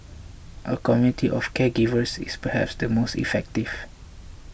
a community of caregivers is perhaps the most effective